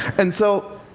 and so,